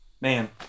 Man